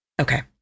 Okay